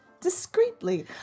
discreetly